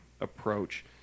approach